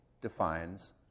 defines